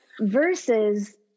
versus